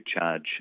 charge